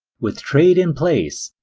with trade in place,